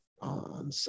on